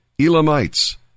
Elamites